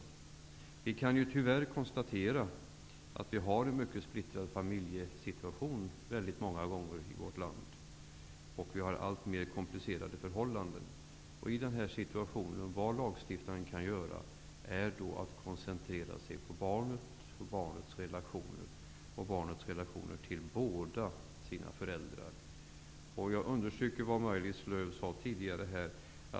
Man kan tyvärr kostatera att familjesituationen i vårt land många gånger är mycket splittrad och förhållandena blir alltmer komplicerade. Lagstiftaren kan då koncentrera sig på barnet och barnets relationer till båda sina föräldrar.